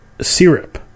syrup